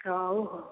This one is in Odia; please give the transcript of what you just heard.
ହେଉ ହେଉ